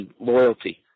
loyalty